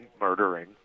murdering